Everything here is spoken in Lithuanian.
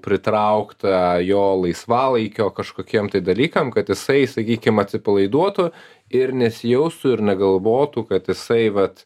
pritraukta jo laisvalaikio kažkokiem tai dalykam kad jisai sakykim atsipalaiduotų ir nesijaustų ir negalvotų kad jisai vat